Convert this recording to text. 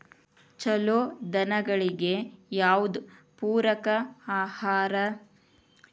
ಛಲೋ ದನಗಳಿಗೆ ಯಾವ್ದು ಪೂರಕ ಆಹಾರ?